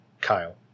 Kyle